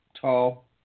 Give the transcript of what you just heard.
tall